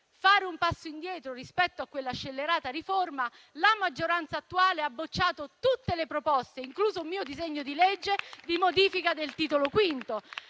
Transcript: fare un passo indietro rispetto a quella scellerata riforma, la maggioranza attuale ha bocciato tutte le proposte, incluso un mio disegno di legge di modifica del Titolo V,